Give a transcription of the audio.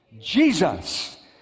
Jesus